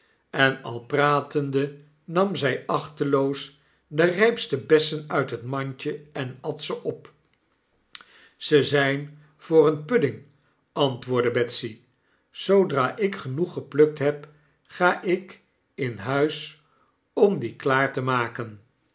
en al pratende nam zy achteloos de rypste bessen uit het mandje en at ze op m ze zijn voor een pudding antwoordde betsy zoodra ik genoeg geplukt heb ga ik in huis om dien klaar te maken